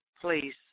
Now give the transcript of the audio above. please